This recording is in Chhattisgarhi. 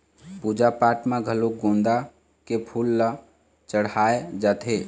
पूजा पाठ म घलोक गोंदा के फूल ल चड़हाय जाथे